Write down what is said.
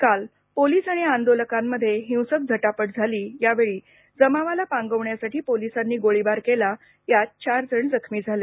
काल पोलीस आणि आंदोलकांमध्ये हिंसक झटापट झाली यावेळी जमावाला पांगवण्यासाठी पोलिसांनी गोळीबार केला यात चारजण जखमी झाले